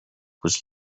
was